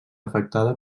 afectada